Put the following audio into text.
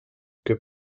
que